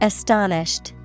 Astonished